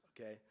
okay